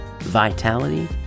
vitality